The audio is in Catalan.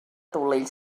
taulell